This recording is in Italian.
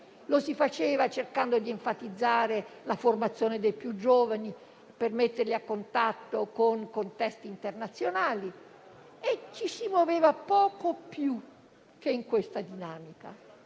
Lo si faceva cercando di enfatizzare la formazione dei più giovani, per metterli a contatto con contesti internazionali, e ci si muoveva poco più che in questa dinamica.